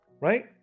right